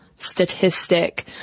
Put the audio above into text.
statistic